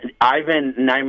Ivan